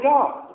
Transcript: God